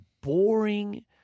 boring